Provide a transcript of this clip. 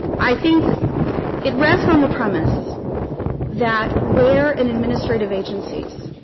i think it rests on the premise that where an administrative agency's